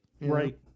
Right